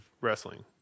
Wrestling